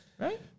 Right